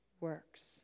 works